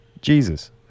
Jesus